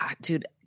dude